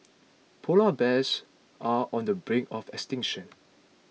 Polar Bears are on the brink of extinction